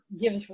gives